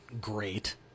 great